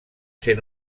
ser